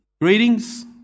Greetings